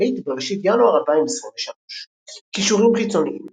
הברית בראשית ינואר 2023. קישורים חיצוניים